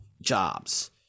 jobs